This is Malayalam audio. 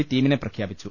സി ടീമിനെ പ്രഖ്യാപിച്ചു